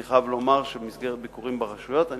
אני חייב לומר שבמסגרת ביקורים ברשויות אני